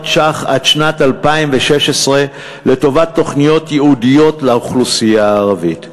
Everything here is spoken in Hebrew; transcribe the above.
שקלים עד שנת 2016 לטובת תוכניות ייעודיות לאוכלוסייה הערבית.